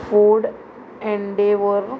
ford endeavor